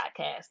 podcast